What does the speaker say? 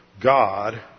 God